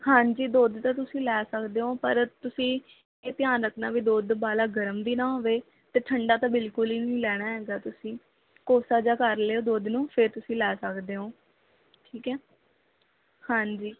ਹਾਂਜੀ ਦੁੱਧ ਤਾਂ ਤੁਸੀਂ ਲੈ ਸਕਦੇ ਹੋਂ ਪਰ ਤੁਸੀਂ ਇਹ ਧਿਆਨ ਰੱਖਣਾ ਵੀ ਦੁੱਧ ਬਾਹਲਾ ਗਰਮ ਵੀ ਨਾ ਹੋਵੇ ਅਤੇ ਠੰਡਾ ਤਾਂ ਬਿਲਕੁਲ ਹੀ ਨਹੀਂ ਲੈਣਾ ਹੈਗਾ ਤੁਸੀਂ ਕੋਸਾ ਜਿਹਾ ਕਰ ਲਿਉ ਦੁੱਧ ਨੂੰ ਫਿਰ ਤੁਸੀਂ ਲੈ ਸਕਦੇ ਓਂ ਠੀਕ ਹੈ ਹਾਂਜੀ